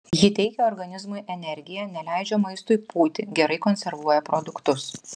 ji teikia organizmui energiją neleidžia maistui pūti gerai konservuoja produktus